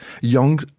young